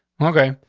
okay,